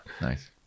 Nice